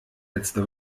letzte